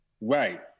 Right